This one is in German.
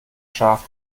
schaf